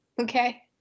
Okay